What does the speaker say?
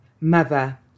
mother